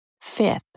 Fifth